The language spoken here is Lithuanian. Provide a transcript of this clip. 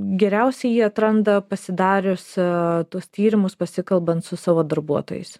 geriausiai jį atranda pasidariusi tuos tyrimus pasikalbant su savo darbuotojais